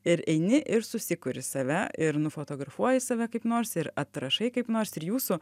ir eini ir susikuri save ir nufotografuoji save kaip nors ir atrašai kaip nors ir jūsų